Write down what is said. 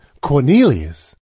Cornelius